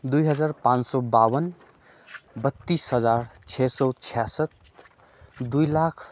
दुई हजार पाँच सय बाउन्न बत्तिस हजार छ सय छ्यासठ दुई लाख